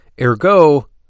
ergo